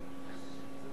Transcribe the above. חברי